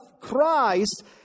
Christ